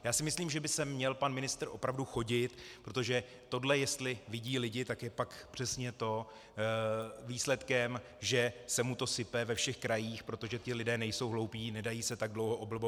Já si myslím, že by sem měl pan ministr opravdu chodit, protože tohle jestli vidí lidé, tak je pak přesně to výsledkem, že se mu to sype ve všech krajích, protože ti lidé nejsou hloupí, nedají se tak dlouho oblbovat koblihou.